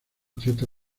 fiesta